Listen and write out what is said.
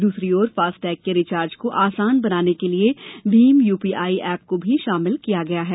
दूसरी ओर फास्टैग के रिचार्ज को आसान बनाने के लिए भीम यूपीआई एप को भी शामिल किया गया है